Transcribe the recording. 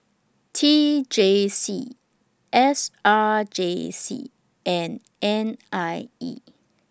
T J C S R J C and N I E